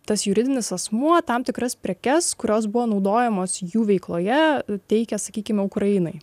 tas juridinis asmuo tam tikras prekes kurios buvo naudojamos jų veikloje teikia sakykime ukrainai